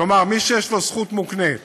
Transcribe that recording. כלומר, מי שיש לו זכות מוקנית